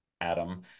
Adam